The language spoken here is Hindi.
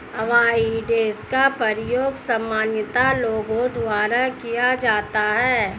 अवॉइडेंस का प्रयोग सामान्यतः लोगों द्वारा किया जाता है